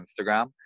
Instagram